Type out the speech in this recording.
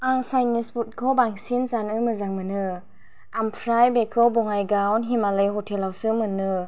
आं चायनिस फुदखौ बांसिन जानो मोजां मोनो आमफ्राय बेखौ बङाइगाव हिमालय हटेलावसो मोनो